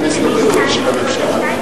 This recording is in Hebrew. הכנסת עובדת בשביל הממשלה.